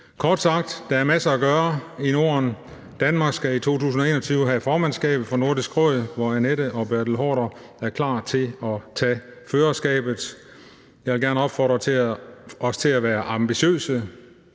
Kort sagt: Der er masser at gøre i Norden. Danmark skal i 2021 havde formandskabet for Nordisk Råd, hvor Annette Lind og Bertel Haarder er klar til at tage førerskabet. Jeg vil gerne opfordre os til at være ambitiøse,